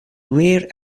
wir